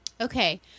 Okay